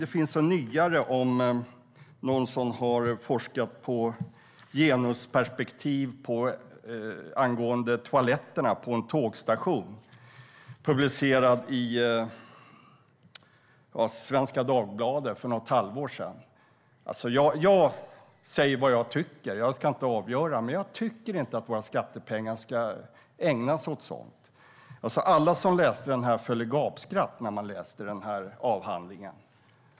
Men det finns en nyare av någon som har forskat om genusperspektiv på toaletterna på en tågstation. Den publicerades i Svenska Dagbladet för något halvår sedan. Jag säger vad jag tycker, men jag ska inte avgöra detta. Men jag tycker inte att våra skattepengar ska användas till sådant. Alla som läste avhandlingen gapskrattade.